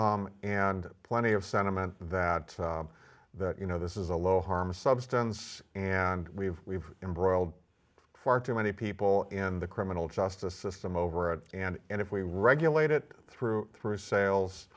and plenty of sentiment that that you know this is a low harm substance and we've we've embroiled far too many people in the criminal justice system over it and if we regulate it through through